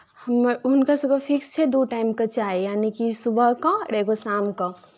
हुनकर सभके फिक्स छै दू टाइमके चाय यानिकि सुबहके आओर एगो शामके